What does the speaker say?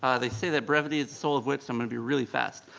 ah they say that brevity is the soul of wit so i'm gonna be really fast.